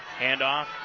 handoff